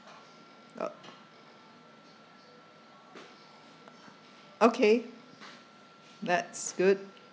ok~ okay that's good